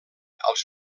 als